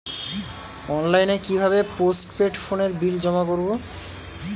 অনলাইনে কি ভাবে পোস্টপেড ফোনের বিল জমা করব?